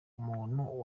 umuntu